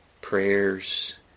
prayers